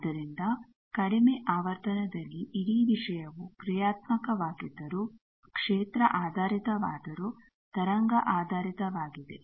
ಆದ್ದರಿಂದ ಕಡಿಮೆ ಆವರ್ತನದಲ್ಲಿ ಇಡೀ ವಿಷಯವು ಕ್ರಿಯಾತ್ಮಕವಾಗಿದ್ದರೂ ಕ್ಷೇತ್ರ ಆಧಾರಿತವಾದರೂ ತರಂಗ ಆಧಾರಿತವಾಗಿದೆ